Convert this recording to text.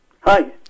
Hi